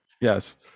Yes